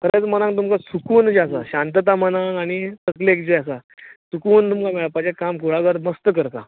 मनाक सुकून जे आसा शांतता मनाक आनी तकलेक जे आसा सुकून तुमकां मेळपाचें काम कुळागर मस्त करता